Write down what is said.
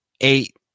eight